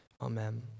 Amen